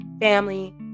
family